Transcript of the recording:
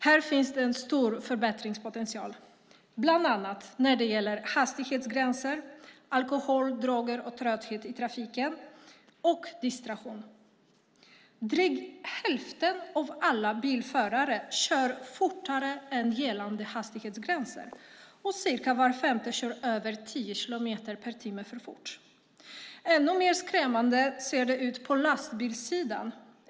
Här finns det stor förbättringspotential bland annat när det gäller hastigheter, alkohol, droger och trötthet i samband med körning och distraktion. Drygt hälften av alla bilförare kör fortare än enligt gällande hastighetsgränser, och cirka var femte kör över 10 kilometer per timme för fort. Ännu mer skrämmande ser det ut på lastbilssidan.